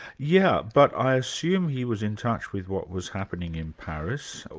yeah but i assume he was in touch with what was happening in paris.